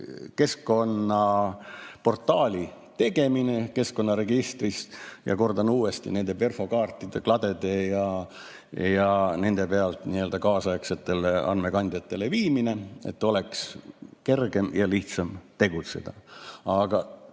keskkonnaportaali tegemises keskkonnaregistrist ja kordan uuesti, nende perfokaartide ja kladede andmete viimises kaasaegsetele andmekandjatele, et oleks kergem ja lihtsam tegutseda. Aga